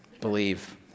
believe